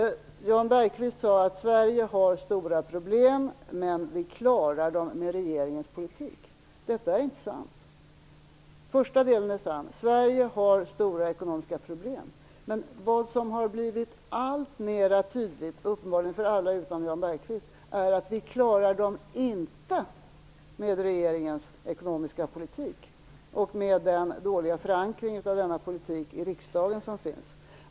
Jan Bergqvist sade att Sverige har stora problem men att vi klarar dem med regeringens politik. Detta är inte sant. Första delen är sann, att Sverige har stora ekonomiska problem. Men vad som har blivit alltmer tydligt, uppenbarligen för alla utom Jan Bergqvist, är att vi inte klarar dem med regeringens ekonomiska politik och med den dåliga förankringen av denna politik i riksdagen.